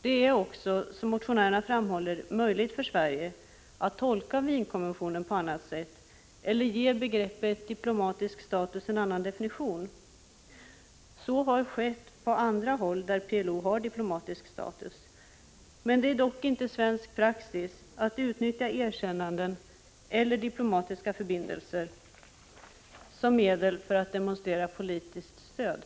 Det är också, som motionärerna framhåller, möjligt för Sverige att tolka Wienkonventionen på annat sätt eller ge begreppet diplomatisk status en annan definition. Så har skett på andra håll där PLO har diplomatisk status. Det är dock inte svensk praxis att utnyttja erkännanden eller diplomatiska förbindelser som medel för att demonstrera politiskt stöd.